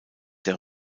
der